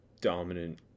dominant